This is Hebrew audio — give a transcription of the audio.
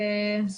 מרמ"י.